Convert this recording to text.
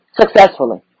successfully